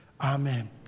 Amen